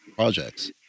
projects